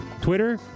Twitter